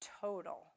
total